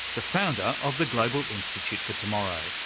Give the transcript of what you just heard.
the founder of the global institute for tomorrow.